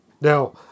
Now